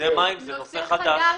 מדי מים זה נושא חדש.